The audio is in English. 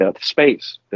space